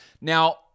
Now